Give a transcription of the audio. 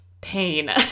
pain